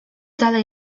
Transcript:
dalej